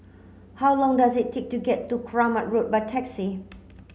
how long does it take to get to Kramat Road by taxi